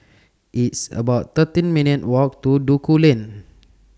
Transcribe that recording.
It's about thirteen minutes' Walk to Duku Lane